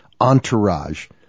entourage